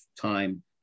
time